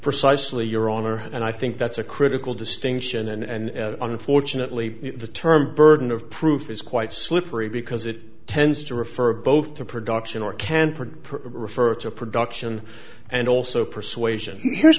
precisely your honor and i think that's a critical distinction and unfortunately the term burden of proof is quite slippery because it tends to refer both to production or can produce refer to production and also persuasion here's